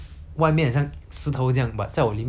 很软的心